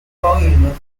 volume